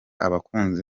abakunzi